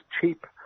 cheap